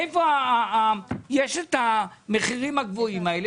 מאיפה יש את המחירים הגבוהים האלה?